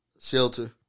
shelter